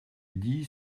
dit